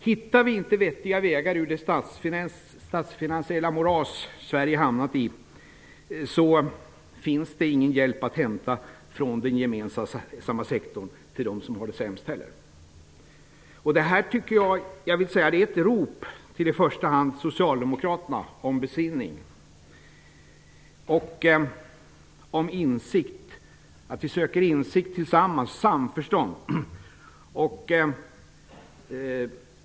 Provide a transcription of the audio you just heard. Om vi inte hittar vettiga vägar ur det statsfinansiella moras Sverige hamnat i finns det heller inte någon hjälp att hämta från den gemensamma sektorn till dem som har det sämst. Detta är ett rop om besinning och insikt riktat i första hand till Socialdemokraterna. Vi måste tillsammans komma till insikt och nå samförstånd.